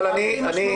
זה הדבר הכי משמעותי.